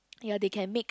ya they can make